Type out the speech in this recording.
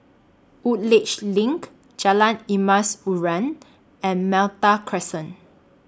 Woodleigh LINK Jalan Emas Urai and Malta Crescent